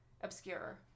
obscure